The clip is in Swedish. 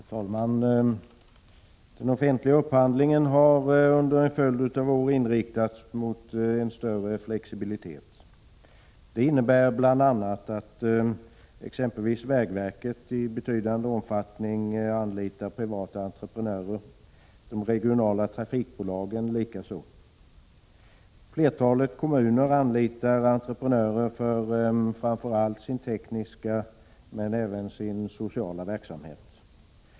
Herr talman! Den offentliga upphandlingen har under en följd av år inriktats mot en större flexibilitet. Det innebär bl.a. att exempelvis vägverket i betydande omfattning anlitar privata entreprenörer, de regionala trafikbolagen likaså. Flertalet kommuner anlitar entreprenörer för framför allt sin tekniska men även sin sociala verksamhet.